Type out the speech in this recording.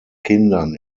kindern